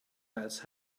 else